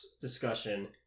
discussion